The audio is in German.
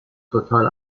total